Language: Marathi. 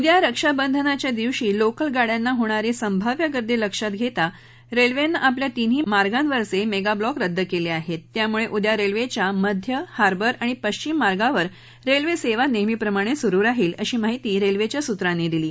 उद्या रक्षाबंधनाच्या दिवशी लोकल गाड्यांना होणारी संभाव्य गर्दी लक्षात घेती रखितीआपल्या तिन्ही मार्गांवरचं मत्तिब्लॉक रद्द क्विश आहेती त्यामुळजिद्या रख्विद्या मध्य हार्बर आणि पश्चिम मार्गावर रख्विद्यानस्मीप्रमाणक्त सुरु राहिल अशी माहिती रख्विद्या सुत्रांनी दिली